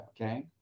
Okay